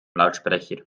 lautsprecher